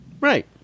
right